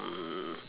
mm